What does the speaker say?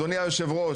אדוני היושב ראש,